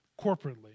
corporately